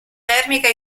termica